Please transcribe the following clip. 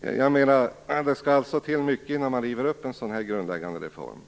Det skall till mycket innan man river upp en så grundläggande reform.